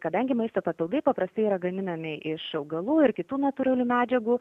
kadangi maisto papildai paprastai yra gaminami iš augalų ir kitų natūralių medžiagų